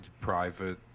private